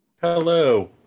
Hello